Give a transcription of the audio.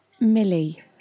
Millie